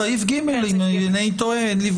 בשנתיים מתחלפת הכנסת